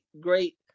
great